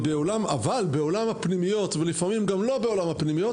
אבל בעולם הפנימיות ולפעמים גם לא בעולם הפנימיות,